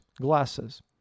Glasses